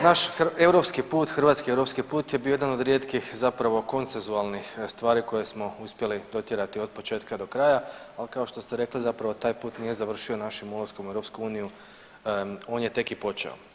Naš europski put hrvatski europski put je bio jedan od rijetkih zapravo konsensualnih stvari koje smo uspjeli dotjerati od početka do kraja, al kao što ste rekli zapravo taj put nije završio našim ulaskom u EU, on je tek i počeo.